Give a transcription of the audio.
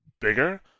bigger